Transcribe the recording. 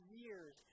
years